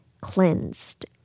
cleansed